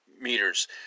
meters